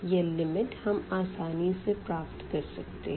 यह लिमिट हम आसानी से प्राप्त कर सकते है